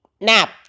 nap